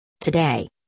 today